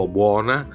buona